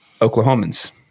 Oklahomans